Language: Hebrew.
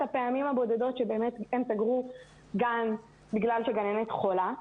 הפעמים הבודדות שבהן הם סגרו גן בגלל שגננת חולה.